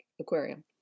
aquarium